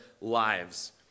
lives